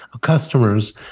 customers